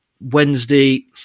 wednesday